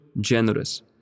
generous